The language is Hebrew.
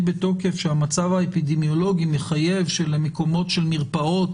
בתוקף שהמצב האפידמיולוגי מחייב שלמקומות של מרפאות